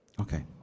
Okay